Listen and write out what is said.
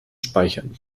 speichern